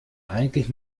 eigentlich